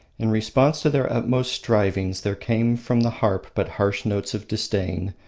in response to their utmost strivings there came from the harp but harsh notes of disdain,